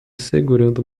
segurando